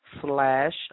slash